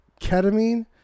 Ketamine